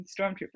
stormtrooper